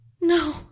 No